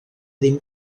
ddim